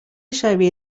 شبیه